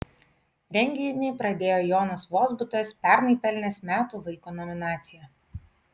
renginį pradėjo jonas vozbutas pernai pelnęs metų vaiko nominaciją